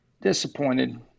Disappointed